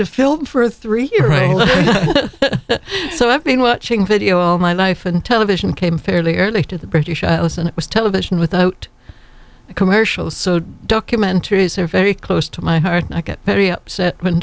to film for three so i've been watching video all my life and television came fairly early to the british isles and it was television without commercial so documentaries are very close to my heart and i get very upset when